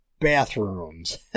bathrooms